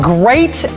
great